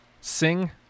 Sing